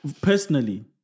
Personally